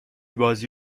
بازی